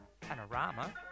Panorama